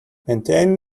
maintain